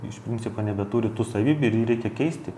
iš principo nebeturi tų savybių ir jį reikia keisti